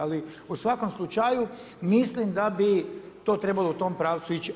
Ali, u svakom slučaju, mislim da bi to trebalo u tom pravcu ići.